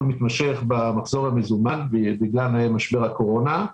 מתמשך במחסור במזומן בגלל משבר הקורונה.